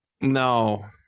no